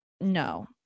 No